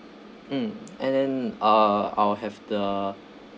mm and then uh I'll have the